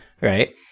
Right